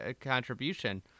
contribution